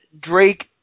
Drake